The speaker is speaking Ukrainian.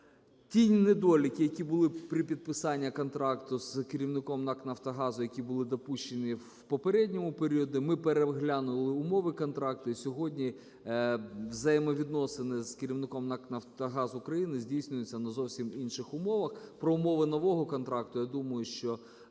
ті недоліки, які були при підписанні контракту з керівником НАК "Нафтогазу", які були допущені в попередньому періоді. Ми переглянули умови контракту. І сьогодні взаємовідносини з керівником НАК "Нафтогаз України" здійснюється на зовсім інших умовах. Про умови нового контракту, я думаю, що